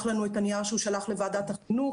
לנו את הנייר שהוא שלח לוועדת החינוך,